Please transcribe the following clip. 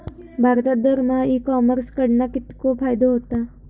भारतात दरमहा e commerce कडणा कितको फायदो होता?